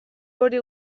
hori